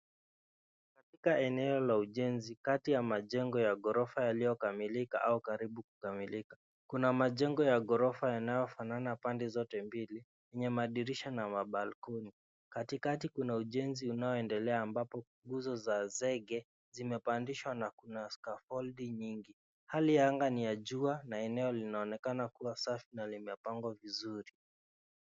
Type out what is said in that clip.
Katika eneo la ujenzi, kati ya majengo ya ghorofa yaliyokamilika au karibu kukamilika. Kuna majengo ya ghorofa yanayofanana pande zote mbili; yenye madirisha na balconies . Katikati kuna ujenzi unaoendelea ambapo nguzo za zege zimepandishwa na kuna scaffolds] nyingi. Hali ya anga ni ya jua na eneo linaonekana kuwa safi na limepangwa vizuri.